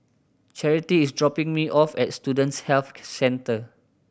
Charity is dropping me off at Student Health Centre